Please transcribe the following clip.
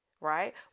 right